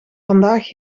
vandaag